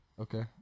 Okay